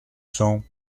cents